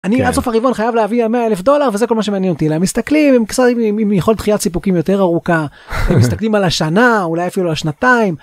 אני עד סוף הרבעון חייב להביא 100 אלף דולר וזה כל מה שמעניין אותי הם מסתכלים עם יכולת דחיית סיפוקים יותר ארוכה מסתכלים על השנה אולי אפילו שנתיים.